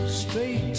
straight